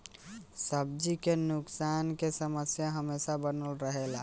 सब्जी के नुकसान के समस्या हमेशा बनल रहेला